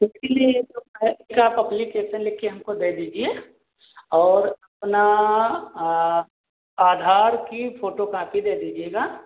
उसके लिए तो ख़ैर एक आप अप्लीकेसन लिखकर हमको दे दीजिए और अपना आधार की फ़ोटोकांपी दे दीजिएगा